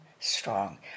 strong